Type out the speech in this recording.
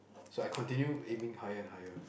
so I continue aiming higher and higher